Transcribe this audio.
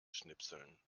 schnipseln